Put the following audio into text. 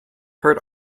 heard